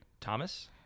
Thomas